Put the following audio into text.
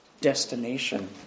destination